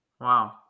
Wow